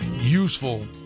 useful